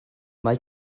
mae